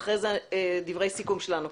ואחרי זה דברי סיכום שלנו.